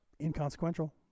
inconsequential